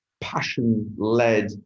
passion-led